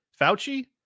Fauci